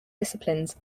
disciplines